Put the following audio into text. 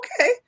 okay